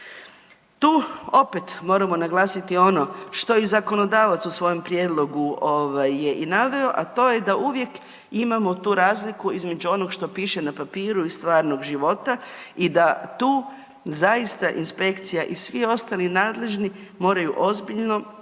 Tu opet moramo naglasiti ono što i zakonodavac u svojem prijedlogu ovaj je i naveo, a to je da uvijek imamo tu razliku između onog što piše na papiru i stvarnog života i da tu zaista inspekcija i svi ostali nadležni moraju ozbiljno raditi